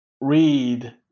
read